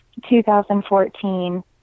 2014